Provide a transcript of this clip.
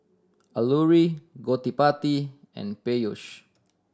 Alluri Gottipati and Peyush